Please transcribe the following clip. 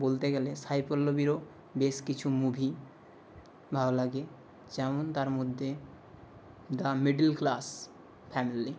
বলতে গেলে সাই পল্লবীরও বেশ কিছু মুভি ভালো লাগে যেমন তার মধ্যে দা মিডল ক্লাস ফ্যামিলি